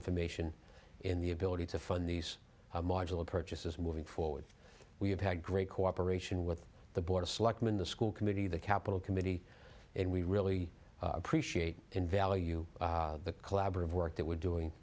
information in the ability to fund these modular purchases moving forward we have had great cooperation with the board of selectmen the school committee the capital committee and we really appreciate in value the collaborative work that we're doing